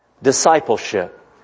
Discipleship